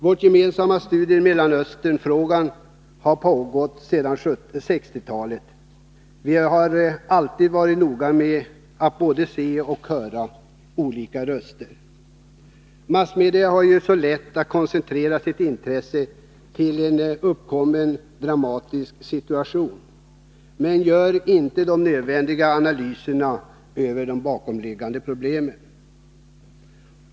Vårt gemensamma studium i Mellanösternfrågan har pågått sedan slutet av 1960-talet. Vi har alltid varit noga med att både se och höra olika personer. Massmedia har ju så lätt att koncentrera sitt intresse till en uppkommen dramatisk situation och gör inte de nödvändiga analyserna över de bakomliggande problemen.